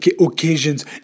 occasions